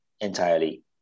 entirely